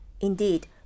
Indeed